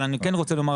אבל אני כן רוצה לומר,